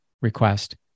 request